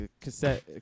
cassette